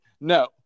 No